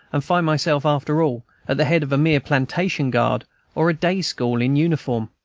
and find myself, after all, at the head of a mere plantation-guard or a day-school in uniform.